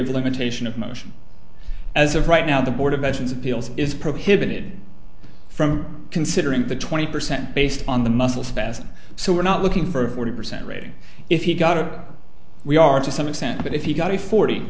of limitation of motion as of right now the board of mentions appeals is prohibited from considering the twenty percent based on the muscle spasm so we're not looking for a forty percent rating if you've got a we are to some extent but if you got a forty